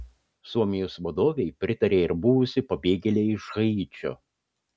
suomijos vadovei pritarė ir buvusi pabėgėlė iš haičio